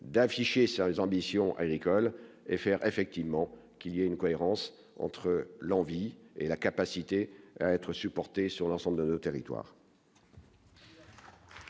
d'afficher sur les ambitions agricoles et faire effectivement qu'il y a une cohérence entre l'envie et la capacité à être supporté sur l'ensemble de nos territoires.